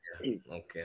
okay